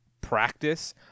practice